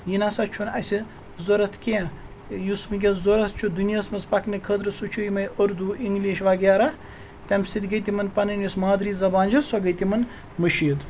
یہِ نَسا چھُنہٕ اَسہِ ضوٚرَتھ کینٛہہ یُس وٕنۍکٮ۪س ضوٚرَتھ چھُ دُنیاہَس منٛز پَکنہٕ خٲطرٕ سُہ چھُ یِمے اُردو اِنٛگلِش وغیرہ تَمہِ سۭتۍ گٔے تِمَن پَنٕنۍ یۄس مادری زَبان چھِ سۄ گٔے تِمَن مٔشیٖد